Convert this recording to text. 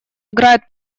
играет